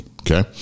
okay